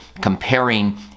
comparing